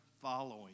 following